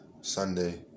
Sunday